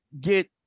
get